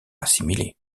assimilée